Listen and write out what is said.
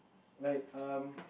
like um